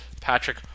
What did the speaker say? Patrick